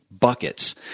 buckets